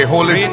Holy